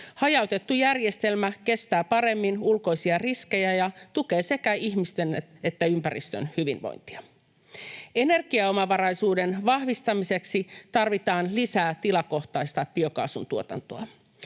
Hajautettu järjestelmä kestää paremmin ulkoisia riskejä ja tukee sekä ihmisten että ympäristön hyvinvointia. Energiaomavaraisuuden vahvistamiseksi tarvitaan lisää tilakohtaista biokaasun tuotantoa.